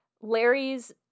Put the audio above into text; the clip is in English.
Larry's